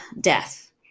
death